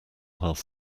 health